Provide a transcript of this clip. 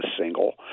single